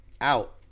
out